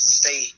stay